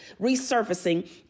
resurfacing